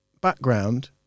background